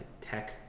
tech